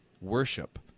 worship